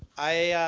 i